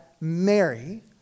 Mary